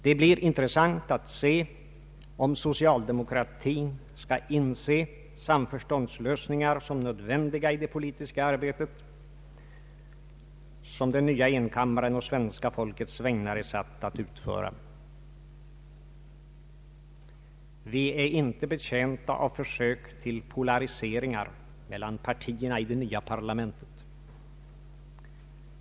Det blir intressant att se om socialdemokratin skall inse att samförståndslösningar är nödvändiga i det politiska arbete som den nya enkammaren på svenska folkets vägnar är satt att utföra. Vi är inte betjänta av försök till polariseringar mellan partierna i det nya parlamentet.